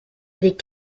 les